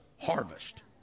harvest